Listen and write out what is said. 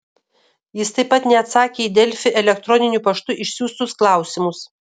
jis taip pat neatsakė į delfi elektroniniu paštu išsiųstus klausimus